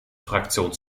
fraktion